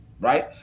Right